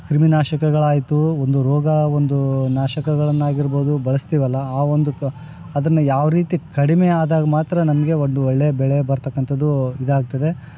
ಕ್ರಿಮಿನಾಶಕಗಳಾಯಿತು ಒಂದು ರೋಗ ಒಂದು ನಾಶಕಗಳನ್ನು ಆಗಿರ್ಬೋದು ಬಳಸ್ತೇವಲ್ಲ ಆ ಒಂದು ಕ ಅದನ್ನು ಯಾವ ರೀತಿ ಕಡಿಮೆಯಾದಾಗ ಮಾತ್ರ ನಮಗೆ ಒಂದು ಒಳ್ಳೇ ಬೆಳೆ ಬರ್ತಕ್ಕಂಥದ್ದು ಇದಾಗ್ತದೆ